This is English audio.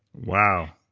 wow.